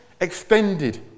extended